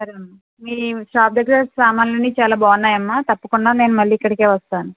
సరేనమ్మా మీ షాప్ దగ్గర సామాన్లు అన్నీ చాలా బాగున్నాయమ్మా తప్పకుండా నేను మళ్ళీ ఇక్కడికే వస్తాను